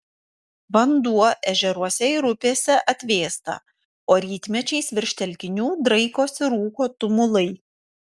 vanduo ežeruose ir upėse atvėsta o rytmečiais virš telkinių draikosi rūko tumulai